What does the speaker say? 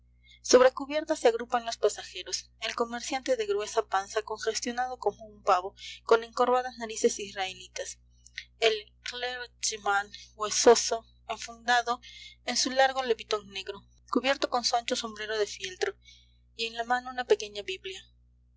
sobre cubierta se agrupan los pasajeros el comerciante de gruesa panza congestionado como un pavo con encorvadas narices israelitas el clergyman huesoso enfundado en su largo levitón negro cubierto con su ancho sombrero de fieltro y en la mano una pequeña biblia